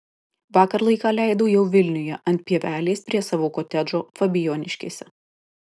vakar laiką leido jau vilniuje ant pievelės prie savo kotedžo fabijoniškėse